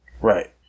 Right